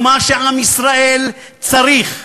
ומה שעם ישראל צריך,